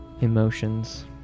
emotions